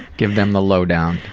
give them the lowdown.